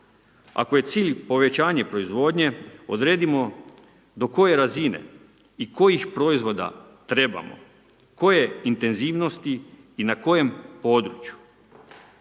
Ako je cilj povećanje proizvodnje, odredimo do koje razine i kojih proizvoda trebamo, koje intenzivnosti i na kojem području.